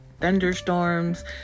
thunderstorms